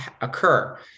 occur